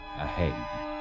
ahead